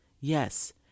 Yes